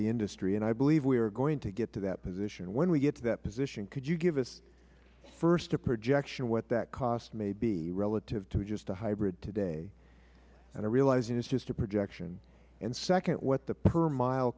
the industry and i believe we are going to get to that position when we get to that position could you give us first a projection of what that cost may be relative to just a hybrid today and i realize it is just a projection and second what the per mile